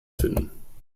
finden